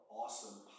awesome